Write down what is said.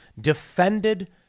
defended